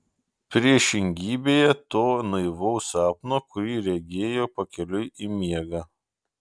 priešingybėje to naivaus sapno kurį regėjo pakeliui į miegą